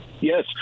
Yes